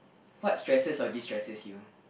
what stresses or distresses you